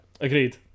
Agreed